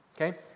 okay